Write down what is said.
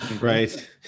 Right